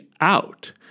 out